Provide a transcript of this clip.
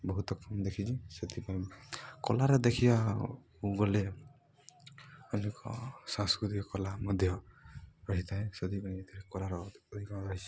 ବହୁତ ମୁଁ ଦେଖିଛି ସେଥିପାଇଁ କଳାରେ ଦେଖିବାକୁ ଗଲେ ଅଧିକ ସାଂସ୍କୃତିକ କଳା ମଧ୍ୟ ରହିଥାଏ ସେଥିପାଇଁ ଏଥିରେ କଳାର ଅଧିକ ରହିଛି